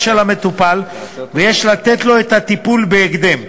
של המטופל ויש לתת לו את הטיפול בהקדם,